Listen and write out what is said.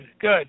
good